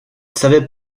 savait